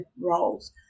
roles